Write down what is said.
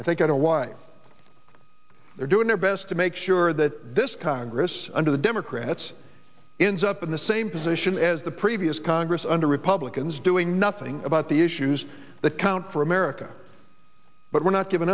i think i know why they're doing their best to make sure that this congress under the democrats ins up in the same position as the previous congress under republicans doing nothing about the issues that count for america but we're not giv